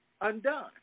undone